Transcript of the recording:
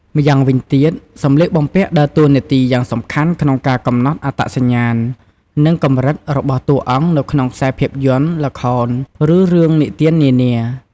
ម្យ៉ាងវិញទៀតសម្លៀកបំពាក់ដើរតួនាទីយ៉ាងសំខាន់ក្នុងការកំណត់ អត្តសញ្ញាណ និង កម្រិត របស់តួអង្គនៅក្នុងខ្សែភាពយន្ត ល្ខោន ឬរឿងនិទាននានា ។